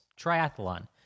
triathlon